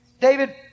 David